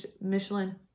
michelin